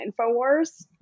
Infowars